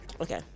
okay